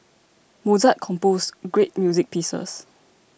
Mozart composed great music pieces